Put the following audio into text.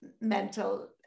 mental